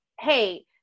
hey